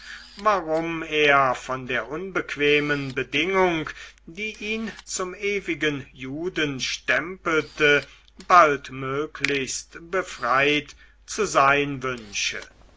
warum er von der unbequemen bedingung die ihn zum ewigen juden stempelte baldmöglichst befreit zu sein wünsche